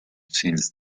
since